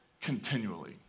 continually